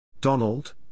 Donald